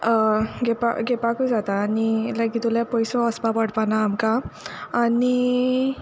घेवपा घेवपाकूय जाता आनी लायक इतुलेंय पोयसू ओसपा पडपाना आमकां आनी